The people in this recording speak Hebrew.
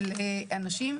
של אנשים,